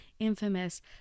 infamous